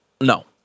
No